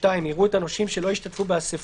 (2) יראו את הנושים שלא השתתפו באספות